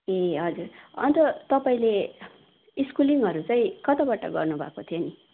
ए हजुर अन्त तपाईँले स्कुलिङहरू चाहिँ कताबाट गर्नुभएको थियो नि